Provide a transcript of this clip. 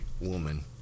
woman